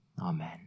Amen